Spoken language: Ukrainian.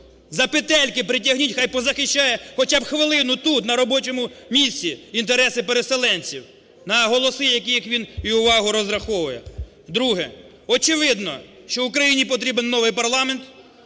за петельки притягніть, хай позахищає хоча б хвилину тут, на робочому місці, інтереси переселенців, на голоси яких він і увагу розраховує. Друге. Очевидно, що Україні потрібен новий парламент,